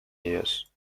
years